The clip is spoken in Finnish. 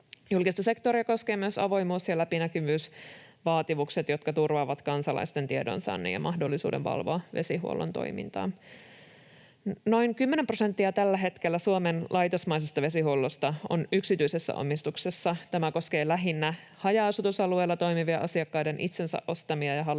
Julkista sektoria koskevat myös avoimuus‑ ja läpinäkyvyysvaatimukset, jotka turvaavat kansalaisten tiedonsaannin ja mahdollisuuden valvoa vesihuollon toimintaa. Noin 10 prosenttia Suomen laitosmaisesta vesihuollosta on tällä hetkellä yksityisessä omistuksessa. Tämä koskee lähinnä haja-asutusalueilla toimivien asiakkaiden itsensä ostamia ja hallinnoimia